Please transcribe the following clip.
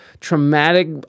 traumatic